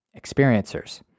experiencers